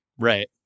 Right